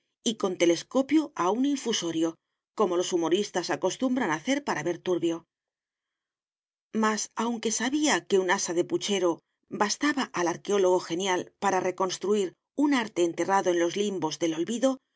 y con telescopio a un infusorio como los humoristas acostumbran hacer para ver turbio mas aunque sabía que un asa de puchero bastaba al arqueólogo genial para reconstruir un arte enterrado en los limbos del olvido